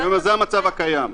זה המצב הקיים.